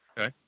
Okay